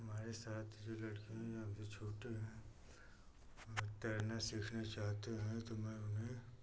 हमारे साथ जो लड़के हैं अभी छोटे हैं अगर तैरना सीखना चाहते हैं तो मैं उन्हें